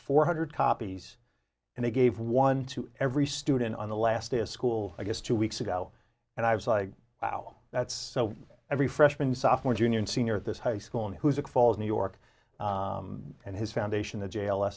four hundred copies and they gave one to every student on the last day of school i guess two weeks ago and i was like wow that's so every freshman sophomore junior and senior at this high school and who's at fault new york and his foundation the jail